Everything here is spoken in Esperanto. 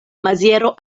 maziero